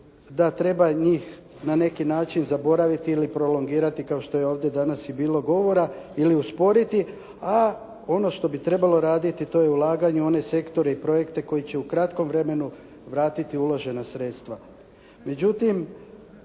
da treba njih na neki način zaboraviti ili prolongirati kao što je ovdje danas i bilo govora ili usporiti a ono što bi trebalo raditi to je ulaganje u one sektore i projekte koji će u kratkom vremenu vratiti uložena sredstva.